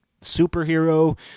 superhero